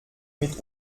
mit